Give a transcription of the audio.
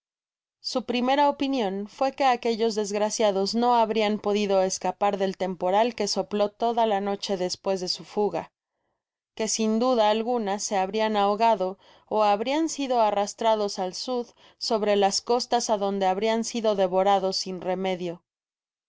su primera opinion fué que aquellos desgraciados no habrian podido escapar del temporal que sopló toda la noche despues de su fuga que sin duda alguna se habrian ano gado ó habrian sido arrastrados al sud sobre las costas adonde habrian sido devorados sin remedio